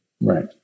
Right